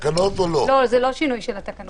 לא, זה לא שינוי של התקנות.